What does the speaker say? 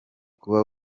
kuba